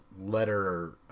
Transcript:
letter